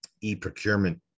e-procurement